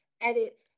edit